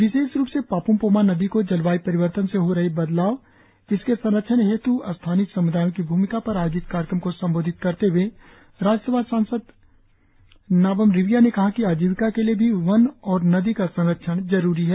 विशेष रुप से पाप्म पोमा नदी को जलवाय् परिवर्तन से हो रही बदलाव और इसके संरक्षण हेत् स्थानीय सम्दायों की भूमिका पर आयोजित कार्यक्रम को संबोधित करते हुए राज्य सभा सदस्य नाबम रिबिया ने कहा कि आजीविका के लिए भी वन और नदी का संरक्षण जरुरी है